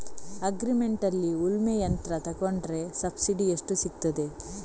Agri ಮಾರ್ಟ್ನಲ್ಲಿ ಉಳ್ಮೆ ಯಂತ್ರ ತೆಕೊಂಡ್ರೆ ಸಬ್ಸಿಡಿ ಎಷ್ಟು ಸಿಕ್ತಾದೆ?